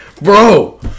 bro